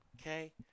okay